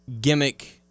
gimmick